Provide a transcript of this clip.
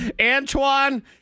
Antoine